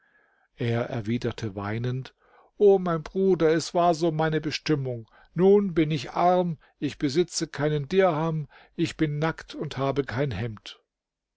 er erwiderte weinend o mein bruder es war so meine bestimmung nun bin ich arm ich besitze keinen dirham ich bin nackt und habe kein hemd